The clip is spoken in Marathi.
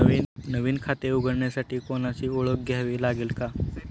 नवीन खाते उघडण्यासाठी कोणाची ओळख द्यावी लागेल का?